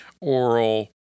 oral